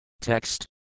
Text